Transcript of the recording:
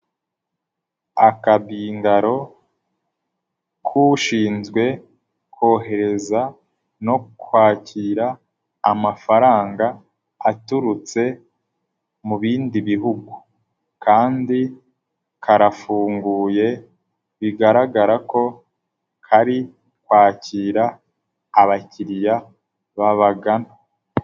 akabingaro k'ushinzwe kohereza no kwakira amafaranga aturutse mu bindi bihugu kandi karafunguye bigaragara ko kari kwakira abakiriya babagana.